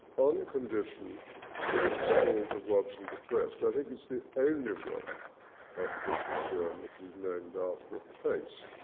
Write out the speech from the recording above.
on condition that it was called the waddesdon bequest. i think it's the only room at the british museum which is named after a place.